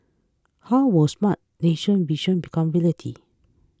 how will Smart Nation vision become reality